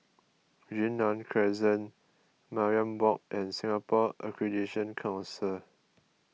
Yunnan Crescent Mariam Walk and Singapore Accreditation Council